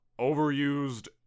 overused